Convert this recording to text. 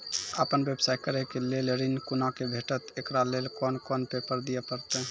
आपन व्यवसाय करै के लेल ऋण कुना के भेंटते एकरा लेल कौन कौन पेपर दिए परतै?